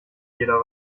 jeder